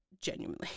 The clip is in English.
Genuinely